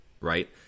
right